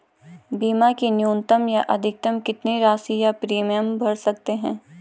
बीमा की न्यूनतम या अधिकतम कितनी राशि या प्रीमियम भर सकते हैं?